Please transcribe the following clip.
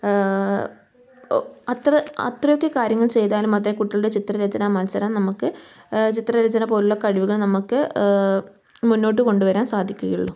അത്ര അത്രയെക്കെ കാര്യങ്ങൾ ചെയ്താൽ മാത്രേ കുട്ടികളുടെ ചിത്രരചനാ മത്സരം നമുക്ക് ചിത്രരചന പോലുള്ള കഴിവുകൾ നമുക്ക് മുന്നോട്ട് കൊണ്ടുവരാൻ സാധിക്കുകയുള്ളൂ